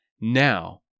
now